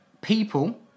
people